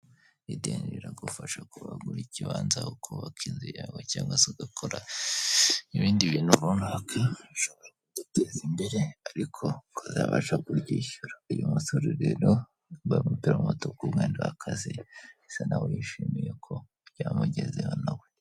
Ideni riragufasha kuba wagura ikibanza ukubabaka inzu yawe cyangwa se ugakora ibindi bintu runaka, bishobora kuguteza imbere, ariko ukazabasha kuryishyura uyu musore rero yambaye umupira w'umutuku umwenda w'akazi, bisa naho yishimiye ko byamugezeho nawe.